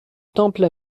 temple